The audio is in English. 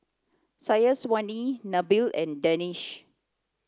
Syazwani Nabil and Danish